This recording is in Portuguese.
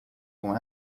com